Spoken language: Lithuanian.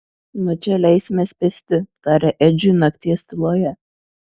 nuo čia leisimės pėsti tarė edžiui nakties tyloje